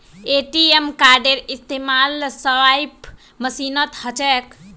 ATM कार्डेर इस्तमाल swipe मशीनत ह छेक